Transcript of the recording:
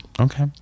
Okay